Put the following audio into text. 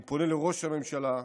אני פונה לראש הממשלה,